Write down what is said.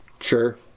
Sure